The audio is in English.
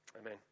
Amen